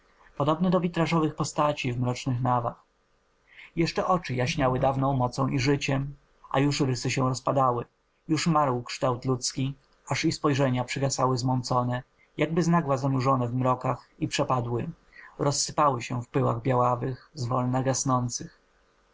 podobne do witrażowych postaci w mrocznych nawach jeszcze oczy jaśniały dawną mocą i życiem a już rysy się rozpadały już marł kształt ludzki aż i spojrzenia przygasły zmęczone jakby znagła zanurzone w mrokach i przepadły rozsypały się w pyłach białawych zwolna gasnących